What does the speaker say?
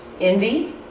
envy